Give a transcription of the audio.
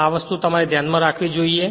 આ વસ્તુ તમારે ધ્યાનમાં રાખવી જોઈએ